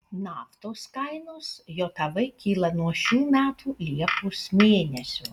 naftos kainos jav kyla nuo šių metų liepos mėnesio